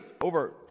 over